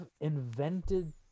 invented